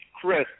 Chris